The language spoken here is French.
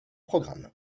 programme